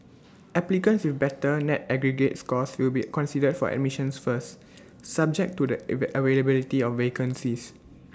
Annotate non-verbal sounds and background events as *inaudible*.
*noise* applicants with better net aggregate scores will be considered for admissions first subject to the *unintelligible* availability of vacancies